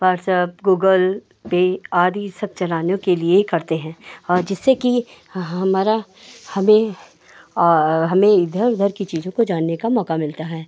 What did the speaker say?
WhatsApp Google Pay आदि सब चलाने के लिए करते हैं और जिससे कि हमारा हमें हमें इधर उधर की चीज़ों को जानने का मौका मिलता है